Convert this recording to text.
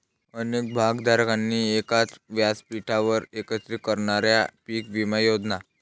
अनेक भागधारकांना एकाच व्यासपीठावर एकत्रित करणाऱ्या पीक विमा योजना